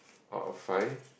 out of five